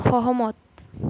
সহমত